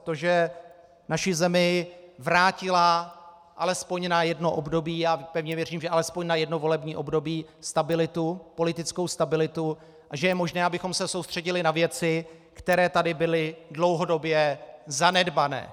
To, že naší zemi vrátila alespoň na jedno období, já pevně věřím, že alespoň na jedno volební období, stabilitu, politickou stabilitu a že je možné, abychom se soustředili na věci, které tady byly dlouhodobě zanedbané.